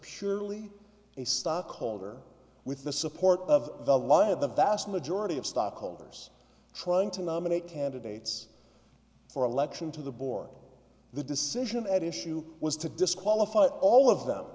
surely a stockholder with the support of the lie of the vast majority of stockholders trying to nominate candidates for election to the board the decision at issue was to disqualify all of them